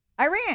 Iran